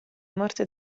morte